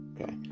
Okay